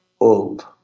old